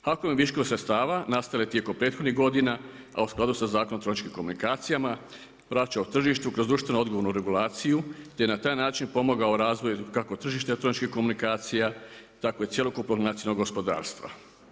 HAKOM je viškom sredstava nastale tijekom prethodnih godina a u skladu sa Zakonom o elektroničkim komunikacija vraćao tržištu kroz društvenu odgovornu regulaciju, te na taj način pomogao razvoju kako tržištu elektroničkih komunikacija, tako i cjelokupnog nacionalnog gospodarstva.